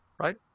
right